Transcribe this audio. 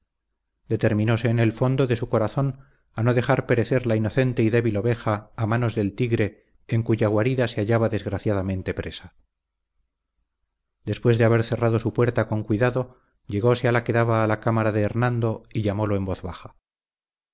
principal determinóse en el fondo de su corazón a no dejar perecer la inocente y débil oveja a manos del tigre en cuya guarida se hallaba desgraciadamente presa después de haber cerrado su puerta con cuidado llegóse a la que daba a la cámara de hernando y llamólo en voz baja